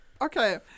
Okay